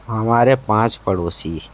हमारे पाँच पड़ोसी